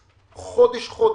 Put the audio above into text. חודש-חודש,